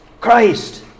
Christ